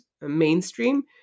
mainstream